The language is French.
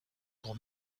pour